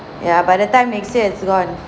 ya by that time next year is gone